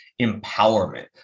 empowerment